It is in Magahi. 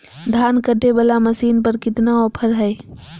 धान कटे बाला मसीन पर कतना ऑफर हाय?